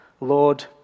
Lord